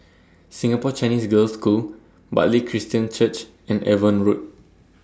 Singapore Chinese Girls' School Bartley Christian Church and Avon Road